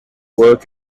work